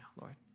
Lord